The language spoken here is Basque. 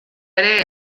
ere